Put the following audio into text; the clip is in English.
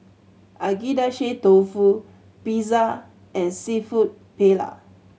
Agedashi Dofu Pizza and Seafood Paella